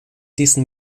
diesen